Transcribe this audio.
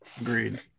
Agreed